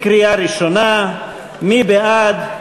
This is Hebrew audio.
קריאה ראשונה, מי בעד?